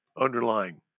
underlying